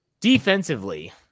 Defensively